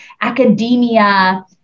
academia